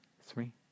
three